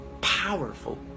powerful